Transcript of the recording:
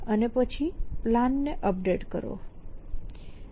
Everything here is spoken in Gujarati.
અને પછી પ્લાનને અપડેટ કરો